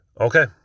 okay